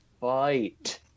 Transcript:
fight